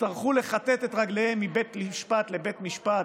יצטרכו לכתת את רגליהם מבית משפט לבית משפט,